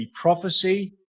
prophecy